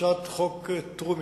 כהצעת חוק טרומית,